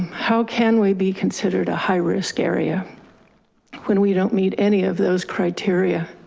how can we be considered a high risk area when we don't meet any of those criteria?